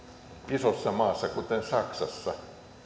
isossa maassa kuten saksassa